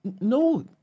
No